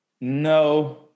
No